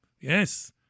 Yes